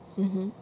mmhmm